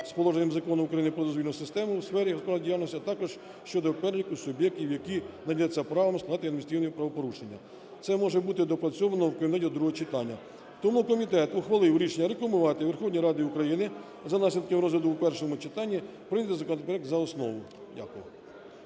з положеннями Закону України "Про дозвільну систему у сфері господарської діяльності", а також щодо переліку суб'єктів, яким надається право складати … про адміністративні правопорушення. Це може бути доопрацьовано у комітету до другого читання. Тому комітет ухвалив рішення: рекомендувати Верховній Раді України, за наслідками розгляду в першому читанні, прийняти законопроект за основу. Дякую.